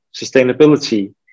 sustainability